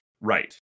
Right